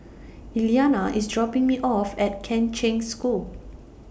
Elliana IS dropping Me off At Kheng Cheng School